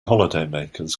holidaymakers